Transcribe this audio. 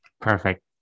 Perfect